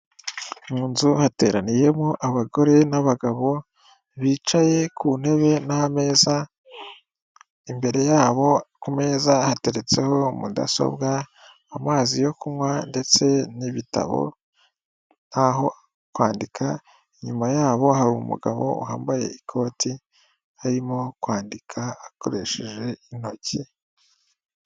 Mu nzu hateraniyemo abagore n'abagabo, bicaye ku ntebe n'ameza, imbere yabo ku meza hateretseho mudasobwa, amazi yo kunywa, ndetse n'ibitabo nk'aho kwandika. Inyuma yabo hari umugabo wambaye ikoti arimo kwandika akoresheje intoki.